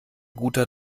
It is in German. guter